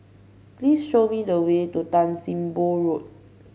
please show me the way to Tan Sim Boh Road